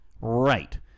Right